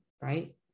right